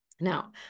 Now